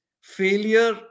failure